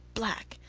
black,